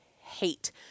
hate